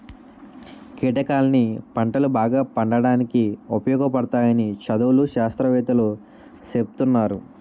కీటకాలన్నీ పంటలు బాగా పండడానికి ఉపయోగపడతాయని చదువులు, శాస్త్రవేత్తలూ సెప్తున్నారు